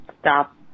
stop